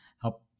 help